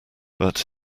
but